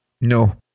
No